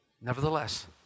Nevertheless